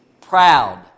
proud